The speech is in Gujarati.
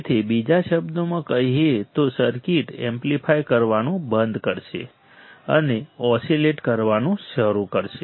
તેથી બીજા શબ્દોમાં કહીએ તો સર્કિટ એમ્પ્લીફાય કરવાનું બંધ કરશે અને ઓસીલેટ કરવાનું શરૂ કરશે